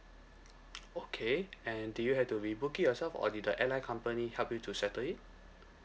okay and did you had to rebook it yourself or did the airline company help you to settle it